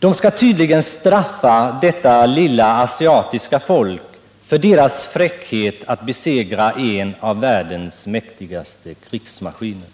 USA skall tydligen straffa detta lilla asiatiska folk för dess fräckhet att besegra en av världens mäktigaste krigsmaskiner.